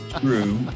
true